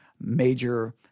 major